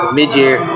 mid-year